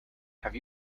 have